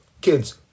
Kids